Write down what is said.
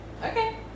Okay